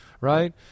right